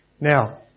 Now